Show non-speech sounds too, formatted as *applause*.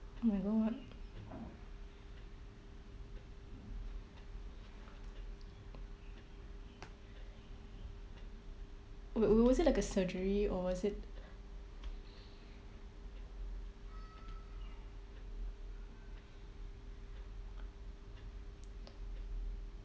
oh my god wait wa~ was it like a surgery or is it *breath*